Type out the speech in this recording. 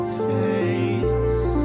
face